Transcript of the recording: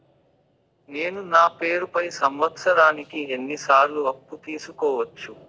నేను నా పేరుపై సంవత్సరానికి ఎన్ని సార్లు అప్పు తీసుకోవచ్చు?